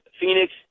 Phoenix